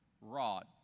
rod